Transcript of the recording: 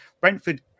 Brentford